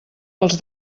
pels